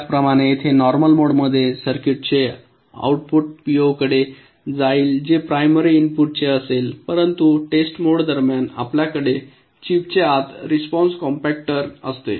त्याचप्रमाणे येथे नॉर्मल मोडमध्ये सर्किटचे आउटपुट पीओकडे जाईल जे प्रायमरी इनपुट चे असेल परंतु टेस्ट मोड दरम्यान आपल्याकडे चिपच्या आत रिस्पॉन्स कॉम्पॅक्टर असते